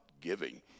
giving